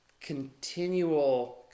continual